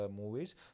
movies